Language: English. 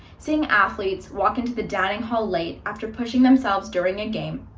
seeing athletes walk into the dining hall late after pushing themselves during a game,